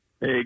Hey